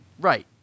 Right